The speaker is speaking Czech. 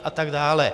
A tak dále.